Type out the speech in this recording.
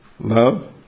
Love